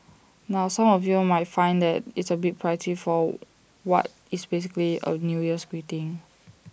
now some of you might find that A bit pricey for what is basically A new year's greeting